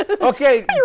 okay